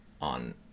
on